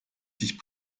sich